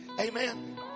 amen